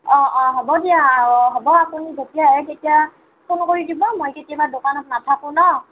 অঁ অঁ হ'ব দিয়া অঁ হ'ব আপুনি যেতিয়াই আহে তেতিয়া ফোন কৰি দিব মই কেতিয়াবা দোকানত নাথাকোঁ ন